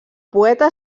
poeta